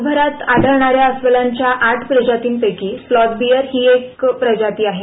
जगभरात आढळणाऱ्या अस्वलांच्या आठ प्रजातींपैकी स्लोथ बेर हि एक प्रजाती आहे